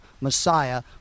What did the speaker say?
Messiah